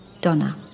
Donna